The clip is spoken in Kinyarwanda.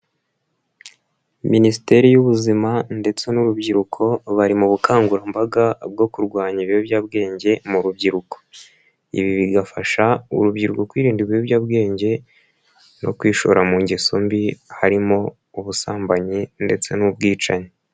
Minisiteri y'Ubuzima ndetse n'urubyiruko bari mu bukangurambaga bwo kurwanya ibiyobyabwenge mu rubyiruko, ibi bigafasha urubyiruko kwirinda ibiyobyabwenge no kwishora mu ngeso mbi harimo ubusambanyi ndetse n'ubwicanyi.